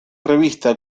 revista